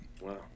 Wow